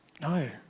No